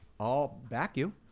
i'll back you,